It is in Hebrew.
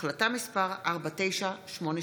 החלטה מס' 4985,